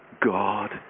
God